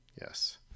yes